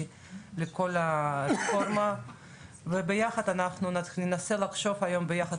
לכל הרפורמה ואנחנו ננסה לחשוב היום ביחד,